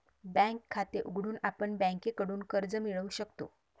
bank खाते उघडून आपण बँकेकडून कर्ज मिळवू शकतो